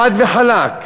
חד וחלק,